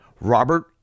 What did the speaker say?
Robert